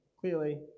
clearly